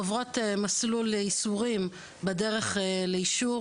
עוברות מסלול ייסורים בדרך לאישור,